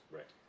Right